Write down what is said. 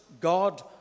God